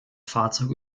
fahrzeug